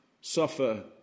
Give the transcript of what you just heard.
Suffer